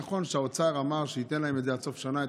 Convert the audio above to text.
נכון שהאוצר אמר שייתן להם את התשלום עד סוף השנה,